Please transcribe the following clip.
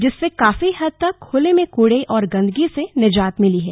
जिससे काफी हद तक खुले में कूड़े और गंदगी से निजात मिली है